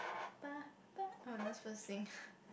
bah bah oh we're not supposed to sing